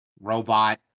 robot